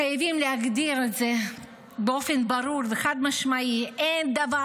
חייבים להגדיר את זה באופן ברור וחד-משמעי: אין דבר